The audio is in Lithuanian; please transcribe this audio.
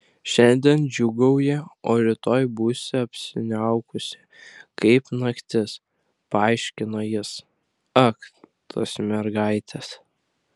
šiandien džiūgauji o rytoj būsi apsiniaukusi kaip naktis paaiškino jis ak tos mergaitės